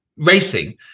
racing